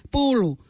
Pulu